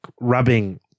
rubbing